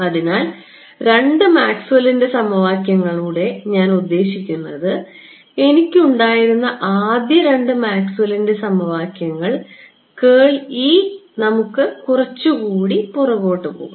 അതിനാൽ മറ്റ് രണ്ട് മാക്സ്വെല്ലിന്റെ സമവാക്യങ്ങൾ ഞാൻ ഉദ്ദേശിക്കുന്നത് എനിക്കുണ്ടായിരുന്ന ആദ്യ രണ്ട് മാക്സ്വെല്ലിന്റെ സമവാക്യങ്ങൾ നമുക്ക് കുറച്ചുകൂടി പുറകോട്ടു പോകാം